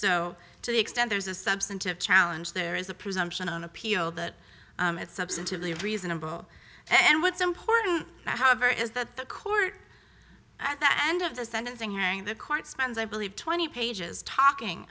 so to the extent there is a substantive challenge there is a presumption on appeal that it's substantively reasonable and what's important however is that the court that end of the sentencing hearing the court spends i believe twenty pages talking